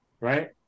right